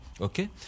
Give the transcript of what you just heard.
Okay